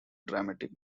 dramatic